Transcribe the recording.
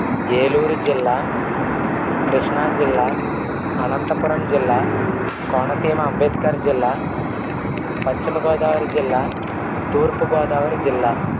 ఏలూరు జిల్లా కృష్ణా జిల్లా అనంతపురం జిల్లా కోనసీమ అంబేద్కర్ జిల్లా పశ్చిమ గోదావరి జిల్లా తూర్పు గోదావరి జిల్లా